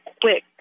quick